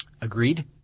Agreed